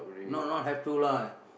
no not have to lah